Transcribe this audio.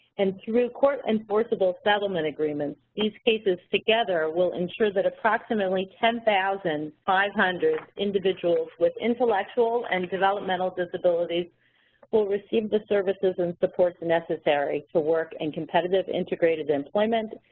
and through court enforceable settlement agreements these cases together will ensure that approximately ten thousand five hundred individuals with intellectual and developmental disabilities will receive the services and supports necessary to work in and competitive integrated employment,